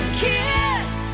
kiss